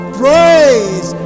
praise